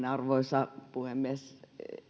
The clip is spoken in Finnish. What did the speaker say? arvoisa puhemies